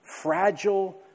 fragile